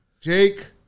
Jake